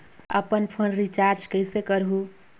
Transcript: अपन phone recharge कइसे करहु?